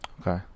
Okay